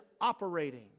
operating